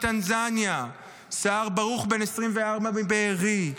מטנזניה, סהר ברוך, בן 24, מבארי,